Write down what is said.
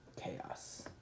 Chaos